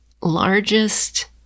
largest